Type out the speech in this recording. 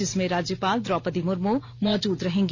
जिसमें राज्यपाल द्रौपदी मुर्मू मौजूद रहेंगी